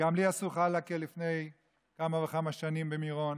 גם לי עשו חלאקה לפני כמה וכמה שנים במירון,